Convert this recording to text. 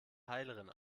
heilerin